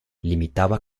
limitaba